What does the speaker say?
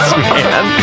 man